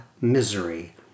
misery